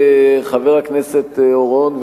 חבר הכנסת אורון,